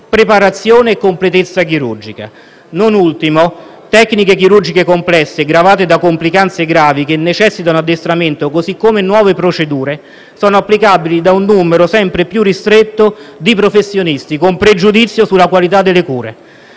preparazione e completezza chirurgica. Non ultimo, tecniche chirurgiche complesse, gravate da complicanze gravi, che necessitano addestramento, così come nuove procedure, sono applicabili da un numero sempre più ristretto di professionisti, con pregiudizio sulla qualità delle cure.